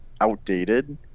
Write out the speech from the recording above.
outdated